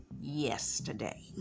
yesterday